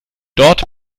dort